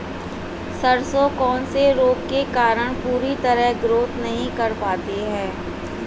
सरसों कौन से रोग के कारण पूरी तरह ग्रोथ नहीं कर पाती है?